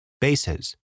bases